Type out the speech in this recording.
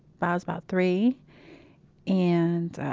i was about three and,